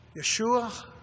Yeshua